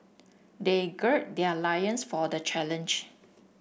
they gird their loins for the challenge